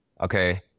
Okay